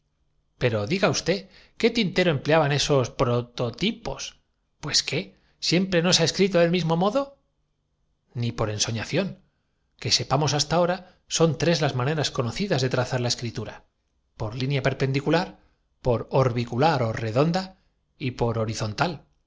pero diga usted qué tintero empleaban esos po septentrio nal las grandes poblaciones del perú dice baltasar trotipos pues qué siempre no se ha escrito del mismo modo bonifacio usaron como las de la américa del norte las mencionadas cuerdecitas que conservaban en ar ni por soñación que sepamos hasta ahora son chivos establecidos y custodiados por personas ins tres las maneras conocidas de trazar la escritura por línea perpendicular por orbicular ó redonda y por